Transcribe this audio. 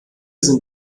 sind